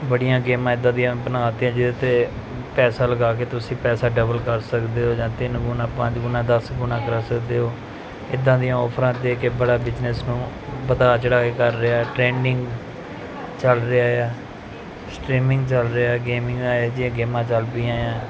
ਬੜੀਆਂ ਗੇਮਾਂ ਇੱਦਾਂ ਦੀਆਂ ਬਣਾ ਤੀਆਂ ਜਿਹਦੇ 'ਤੇ ਪੈਸਾ ਲਗਾ ਕੇ ਤੁਸੀਂ ਪੈਸਾ ਡਬਲ ਕਰ ਸਕਦੇ ਹੋ ਜਾਂ ਤਿੰਨ ਗੁਣਾ ਪੰਜ ਗੁਣਾ ਦਸ ਗੁਣਾ ਕਰ ਸਕਦੇ ਹੋ ਇੱਦਾਂ ਦੀਆਂ ਔਫਰਾਂ ਦੇ ਕੇ ਬੜਾ ਬਿਜਨਸ ਨੂੰ ਵਧਾ ਚੜ੍ਹਾ ਕੇ ਕਰ ਰਿਹਾ ਟਰੈਂਡਿੰਗ ਚੱਲ ਰਿਹਾ ਆ ਸਟਰੀਮਿੰਗ ਚੱਲ ਰਿਹਾ ਗੇਮਿੰਗ ਇਹੋ ਜਿਹੀਆਂ ਗੇਮਾਂ ਚੱਲ ਪਈਆਂ ਆ